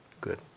Good